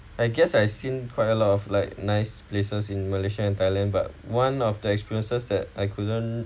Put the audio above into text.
I guess I seen quite a lot of like nice places in malaysia and thailand but one of the experiences that I couldn't